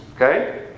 Okay